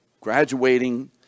graduating